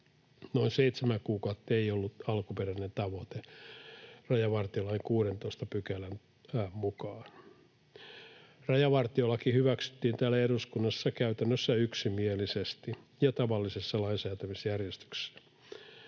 Noin seitsemän kuukautta ei ollut alkuperäinen tavoite rajavartiolain 16 §:n mukaan. Rajavartiolaki hyväksyttiin täällä eduskunnassa käytännössä yksimielisesti ja tavallisessa lainsäätämisjärjestyksessä.